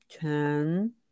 ten